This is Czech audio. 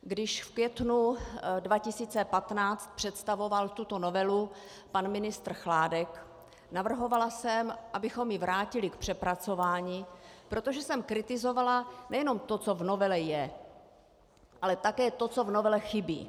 Když v květnu 2015 představoval tuto novelu pan ministr Chládek, navrhovala jsem, abychom ji vrátili k přepracování, protože jsem kritizovala nejenom to, co v novele je, ale také to, co v novele chybí.